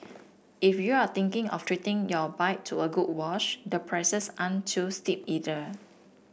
if you're thinking of treating your bike to a good wash the prices aren't too steep either